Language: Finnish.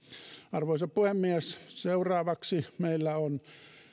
arvoisa puhemies seuraavaksi meillä on